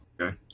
Okay